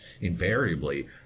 invariably